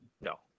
no